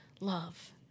love